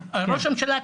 ראש הממשלה,